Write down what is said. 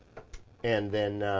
and then